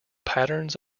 patterns